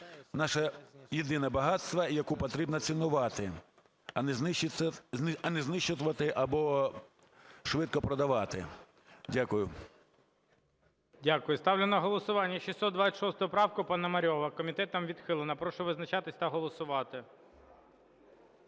наше єдине багатство, яке потрібно цінувати, а не знищувати або швидко продавати. Дякую. ГОЛОВУЮЧИЙ. Дякую. Ставлю на голосування 626 правку Пономарьова. Комітетом відхилена. Прошу визначатися та голосувати.